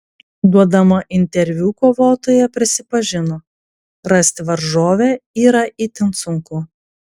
duodama interviu kovotoja prisipažino rasti varžovę yra itin sunku